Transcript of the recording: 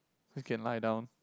you can lie down